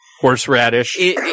horseradish